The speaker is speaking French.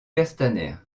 castaner